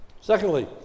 Secondly